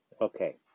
Okay